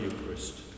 Eucharist